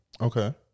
Okay